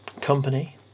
company